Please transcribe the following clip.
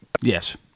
Yes